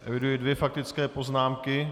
Eviduji dvě faktické poznámky.